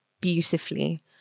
beautifully